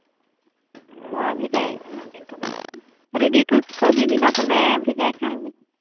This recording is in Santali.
ᱦᱳᱭ ᱵᱷᱮᱡᱟᱭᱮᱜᱼᱟ ᱞᱤᱧ ᱦᱟᱸᱜ ᱛᱚᱵᱮ ᱨᱮᱰᱤ ᱴᱷᱤᱠ ᱠᱚᱜ ᱵᱤᱱ ᱤᱱᱟᱹ ᱛᱟᱞᱚᱦᱮ ᱵᱷᱮᱡᱟᱭ ᱠᱷᱟᱱ ᱵᱤᱱ